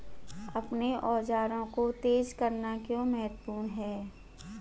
अपने औजारों को तेज करना क्यों महत्वपूर्ण है?